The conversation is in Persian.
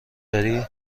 داری